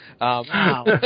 Wow